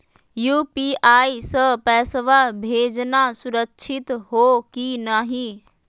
UPI स पैसवा भेजना सुरक्षित हो की नाहीं?